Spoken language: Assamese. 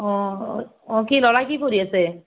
অঁ অ কি বাবা কি পঢ়ি আছে